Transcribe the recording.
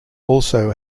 also